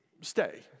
Stay